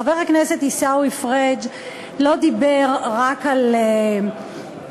חבר הכנסת עיסאווי פריג' לא דיבר רק על הצורך,